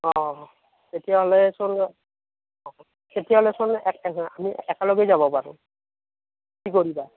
অ তেতিয়াহ'লেচোন তেতিয়াহ'লেচোন আমি একেলগেই যাব পাৰোঁ কি কৰিবা